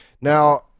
now